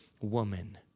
woman